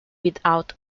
without